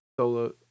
solo